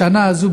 השנה הזו,